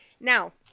Now